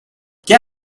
get